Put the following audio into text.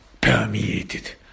permeated